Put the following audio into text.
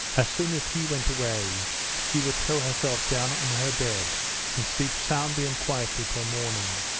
as soon as he went away she would throw herself down on her bed and sleep soundly and quietly till morning.